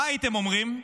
מה הייתם אומרים?